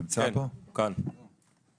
תגיד, כמה